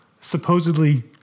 Supposedly